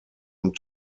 und